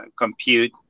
compute